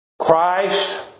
Christ